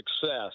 success